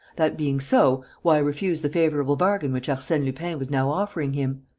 that being so, why refuse the favourable bargain which arsene lupin was now offering him?